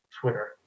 Twitter